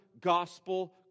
gospel